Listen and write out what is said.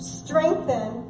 strengthen